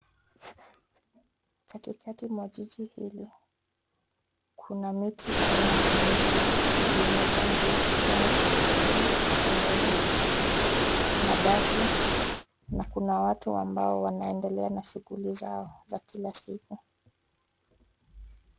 Katikati mwa jiji hili, kuna miti aina mbalimbali yenye rangi ya kijani kibichi ya kupendeza. Kuna basi na kuna watu ambao wanaendelea na shughuli zao za kila siku.